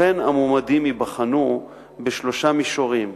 לכן המועמדים ייבחנו בשלושה מישורים: